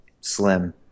slim